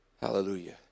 Hallelujah